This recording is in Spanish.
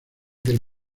del